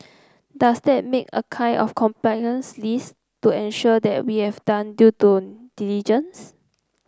does that make a kind of compliance list to ensure that we have done due to diligence